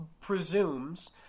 presumes